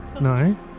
No